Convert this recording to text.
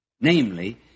Namely